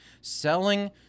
selling